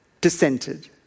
dissented